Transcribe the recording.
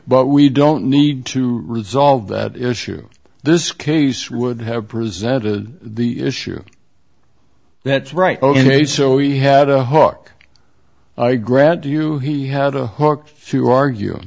but we don't need to resolve that issue this case would have presented the issue that's right ok so we had a book i grant you he had a book to argue